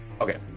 okay